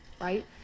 right